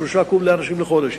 ב-3 קוב לאיש לחודש.